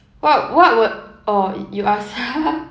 what what would oh y~ you ask